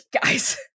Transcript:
guys